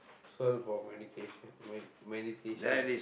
is all about meditation~ me~ meditation